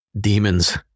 demons